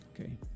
Okay